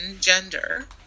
gender